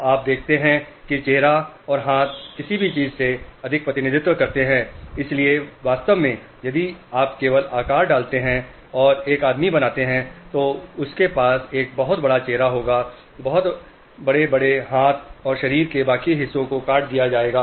तो आप देखते हैं कि चेहरा और हाथ किसी भी चीज़ से अधिक प्रतिनिधित्व करते हैं इसलिए वास्तव में यदि आप केवल आकार डालते हैं और एक आदमी बनाते हैं तो उसके पास एक बहुत बड़ा चेहरा होगा बहुत बड़े बड़े हाथ और शरीर के बाकी हिस्सों को काट दिया जाएगा